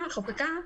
חוקקה,